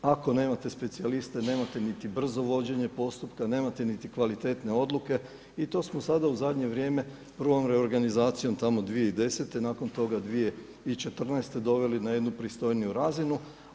Ako nemate specijaliste nemate niti brzo vođenje postupka, nemate niti kvalitetne odluke i to smo sada u zadnje vrijeme prvom reorganizacijom tamo 2010. nakon toga 2014. doveli na jednu pristojniju razinu.